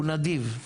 הוא נדיב,